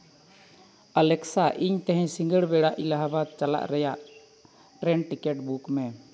ᱟᱞᱮᱠᱥᱟ ᱤᱧ ᱛᱮᱦᱮᱧ ᱥᱤᱸᱜᱟᱹᱲ ᱵᱮᱲᱟ ᱮᱞᱟᱦᱟᱵᱟᱫ ᱪᱟᱞᱟᱜ ᱨᱮᱭᱟᱜ ᱴᱨᱮᱱ ᱴᱤᱠᱤᱴ ᱵᱩᱠ ᱢᱮ